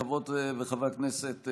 חברות וחברי הכנסת,